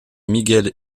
miguel